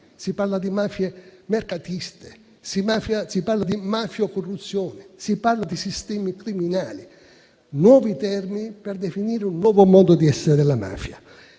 si parla di mafie mercatiste, si parla di mafio-corruzione, si parla di sistemi criminali: nuovi termini per definire un nuovo modo di essere della mafia.